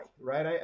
right